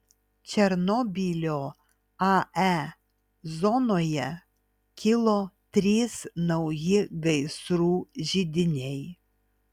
černobylio ae zonoje kilo trys nauji gaisrų židiniai